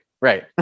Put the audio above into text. Right